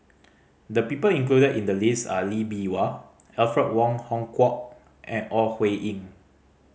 the people included in the list are Lee Bee Wah Alfred Wong Hong Kwok and Ore Huiying